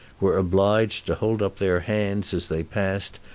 were obliged to hold up their hands as they passed,